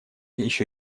еще